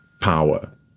power